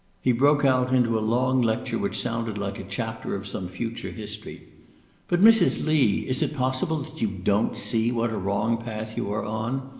he broke out into a long lecture which sounded like a chapter of some future history but mrs. lee, is it possible that you don't see what a wrong path you are on.